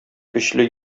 көчле